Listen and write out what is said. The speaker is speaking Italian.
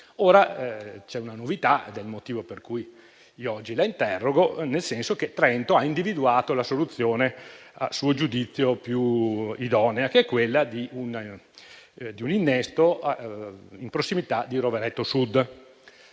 Ora, c'è una novità - ed è il motivo per cui oggi la interrogo - nel senso che Trento ha individuato la soluzione a suo giudizio più idonea, che è quella di un innesto in prossimità di Rovereto Sud.